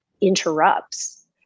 interrupts